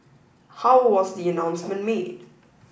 how was the announcement made